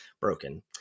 broken